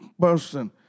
person